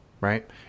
Right